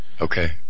okay